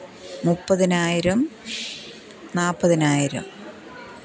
മുപ്പതിനായിരം നാല്പതിനായിരം